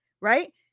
Right